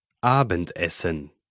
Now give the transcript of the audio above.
Abendessen